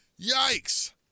Yikes